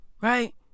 Right